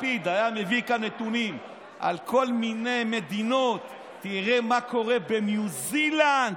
לפיד היה מביא כאן נתונים על כל מיני מדינות: תראה מה קורה בניו זילנד,